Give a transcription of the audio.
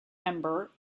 member